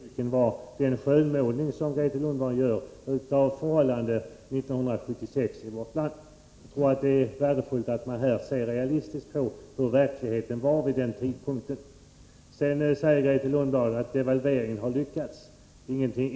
Herr talman! Vad jag vände mig mot i min förra replik var den skönmålning som Grethe Lundblad gjorde av förhållandena i vårt land 1976. Jag tror att det är värdefullt att man ser realistiskt på hur verkligheten var vid den tidpunkten. Sedan säger Grethe Lundblad att devalveringen har lyckats.